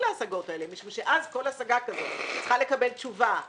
להשגות האלה משום שאז כל השגה כזאת צריכה לקבל תשובה מנומקת,